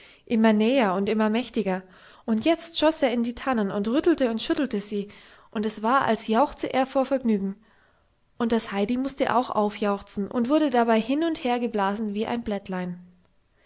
immer näher und immer mächtiger und jetzt schoß er in die tannen und rüttelte und schüttelte sie und es war als jauchze er vor vergnügen und das heidi mußte auch aufjauchzen und wurde dabei hin und her geblasen wie ein blättlein